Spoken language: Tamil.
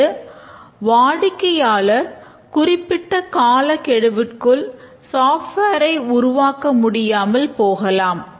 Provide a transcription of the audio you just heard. அல்லது வாடிக்கையாளர் குறிப்பிடும் காலக் கெடுவுக்குள் சாஃப்ட்வேர் ஐ உருவாக்க முடியாமல் போகலாம்